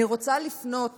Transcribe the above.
אני רוצה לפנות